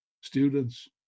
students